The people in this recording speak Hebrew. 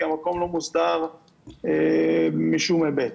כי המקום לא מוסדר משום היבט.